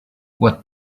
what